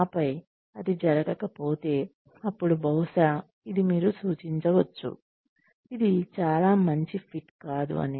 ఆపై అది జరగకపోతే అప్పుడు బహుశా ఇది మీరు సూచించవచ్చు ఇది చాలా మంచి ఫిట్ కాదు అని